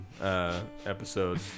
episode